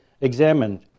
examined